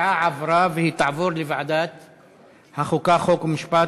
ההצעה עברה, והיא תעבור לוועדת החוקה, חוק ומשפט.